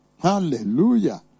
Hallelujah